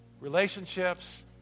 relationships